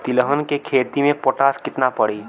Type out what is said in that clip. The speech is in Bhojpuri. तिलहन के खेती मे पोटास कितना पड़ी?